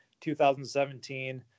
2017